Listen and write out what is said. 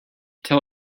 tell